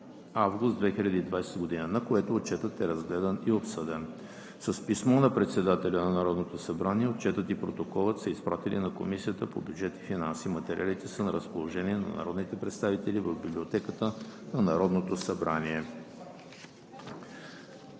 август 2020 г., на което Отчетът е разгледан и обсъден. С писмо на председателя на Народното събрание Отчетът и Протоколът са изпратени на Комисията по бюджет и финанси. Материалите са на разположение на народните представители в Библиотеката на Народното събрание.